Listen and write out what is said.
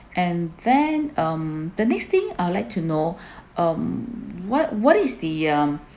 and then um the next thing I'd like to know um what what is the um